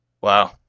Wow